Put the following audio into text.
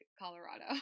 colorado